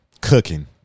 cooking